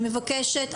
אני מבקשת,